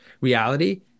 reality